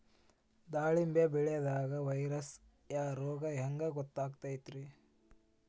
ದಾಳಿಂಬಿ ಬೆಳಿಯಾಗ ವೈರಸ್ ರೋಗ ಹ್ಯಾಂಗ ಗೊತ್ತಾಕ್ಕತ್ರೇ?